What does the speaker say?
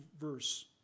verse